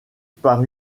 par